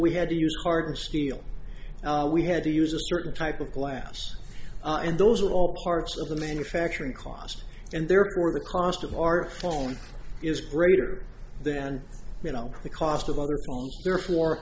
we had to use hardened steel we had to use a certain type of glass and those were all parts of the manufacturing cost and therefore the cost of our home is greater then you know the cost of other therefore